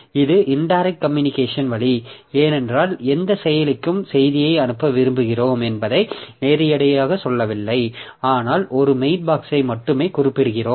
இது indirect communication வழி ஏனென்றால் எந்தச் செயலுக்கு செய்தியை அனுப்ப விரும்புகிறோம் என்பதை நேரடியாகச் சொல்லவில்லை ஆனால் ஒரு மெயில்பாக்ஸ்யை மட்டுமே குறிப்பிடுகிறோம்